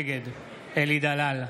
נגד אלי דלל,